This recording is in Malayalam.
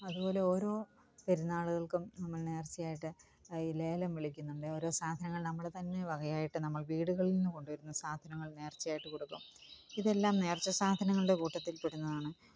അതുപോലെ ഓരോ പെരുന്നാളുകള്ക്കും നമ്മള് നേര്ച്ചയായിട്ട് ഈ ലേലം വിളിക്കുന്നുണ്ടേ ഓരോ സാധനങ്ങള് നമ്മള് തന്നെ വകയായിട്ട് നമ്മള് വീടുകളില്നിന്ന് കൊണ്ടുവരുന്ന സാധനങ്ങള് നേര്ച്ചയായിട്ട് കൊടുക്കും ഇതെല്ലാം നേര്ച്ച സാധനങ്ങളുടെ കൂട്ടത്തില്പ്പെടുന്നതാണ്